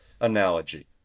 analogy